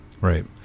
Right